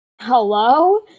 Hello